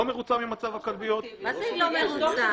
מרוצה ממצב הכלביות -- מה זה היא לא מרוצה?